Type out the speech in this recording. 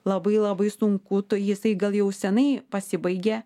labai labai sunku tai jisai gal jau senai pasibaigė